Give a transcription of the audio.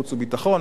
חוץ וביטחון,